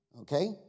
Okay